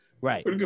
Right